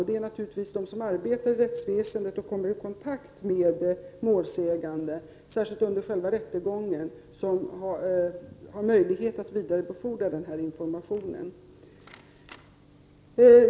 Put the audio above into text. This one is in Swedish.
Det är naturligtvis de som arbetar i rättsväsendet och som kommer i kontakt med målsäganden, särskilt under själva rättegången, som har möjlighet att vidarebefordra den här informationen.